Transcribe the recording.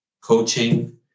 coaching